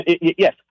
Yes